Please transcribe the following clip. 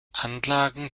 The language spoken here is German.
anlagen